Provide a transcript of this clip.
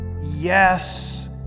Yes